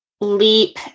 leap